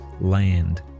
land